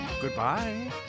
Goodbye